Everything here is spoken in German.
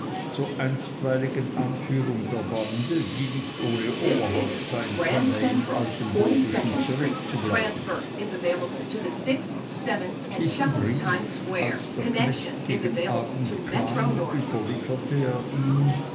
zur einstweiligen anführung der bande die nicht ohne oberhaupt sein könne im altenburgischen zurückzubleiben diesen brief als der knecht gegen abend kam überlieferte er ihm